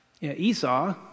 Esau